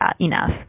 enough